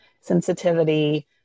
sensitivity